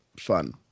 fun